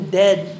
dead